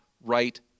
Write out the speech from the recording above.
right